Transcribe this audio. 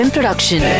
Production